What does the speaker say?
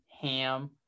ham